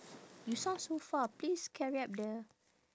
you sound so far please carry up the